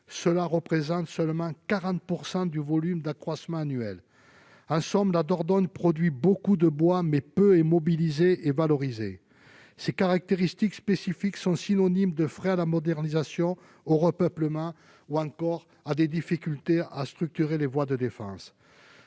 prélevés, soit seulement 40 % du volume d'accroissement annuel. En somme, la Dordogne produit beaucoup, mais peu de bois est mobilisé et valorisé. Ces caractéristiques sont synonymes de freins à la modernisation et au repeuplement ou encore de difficultés à structurer des voies de défense.